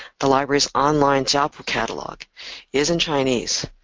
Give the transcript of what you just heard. the library's online jiapu catalog is in chinese,